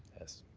yes.